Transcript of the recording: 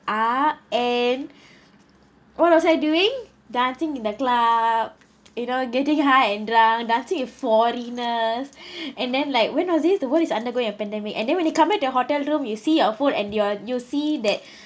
are and what was I doing dancing in the club you know getting high and drunk dancing with foreigners and then like when was these the word is undergoing a pandemic and then when they come back at the hotel room you see your food and your you see that